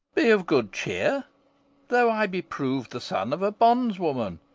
be of good cheer though i be proved the son of a bondwoman,